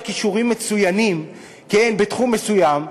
יש לה כישורים מצוינים בתחום מסוים,